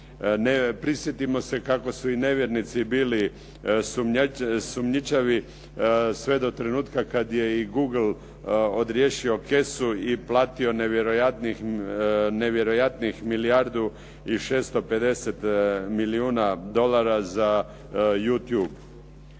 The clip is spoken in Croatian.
Prisjetimo se kako su i nevjernici bili sumnjičavi sve do trenutka kad je i Google odriješio kesu i platio nevjerojatnih milijardu i 650 milijuna dolara za Youtube.